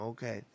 Okay